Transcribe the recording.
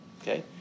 Okay